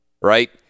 right